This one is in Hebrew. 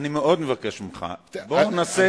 אני מאוד מבקש ממך, נעשה את זה.